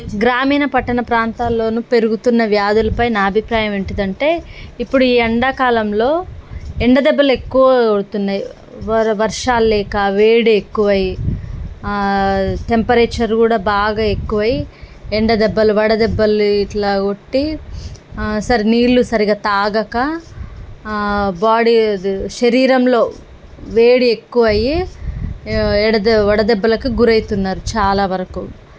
గ్రామీణ పట్టణ ప్రాంతాల్లోనూ పెరుగుతున్న వ్యాధులపై నా అభిప్రాయం ఏంటిదంటే ఇప్పుడు ఈ ఎండాకాలంలో ఎండ దెబ్బలు ఎక్కువ కొడుతున్నాయి వర వర్షాలు లేక వేడి ఎక్కువయ్యి టెంపరేచర్ కూడా బాగా ఎక్కువయ్యి ఎండ దెబ్బలు వడదెబ్బలు ఇట్లా కొట్టి అసలు నీళ్ళు సరిగా తాగక బాడీ శరీరంలో వేడి ఎక్కువయ్యి ఎడదెబ్బ వడదెబ్బలకు గురయితున్నారు చాలావరకు